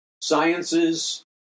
sciences